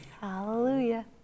Hallelujah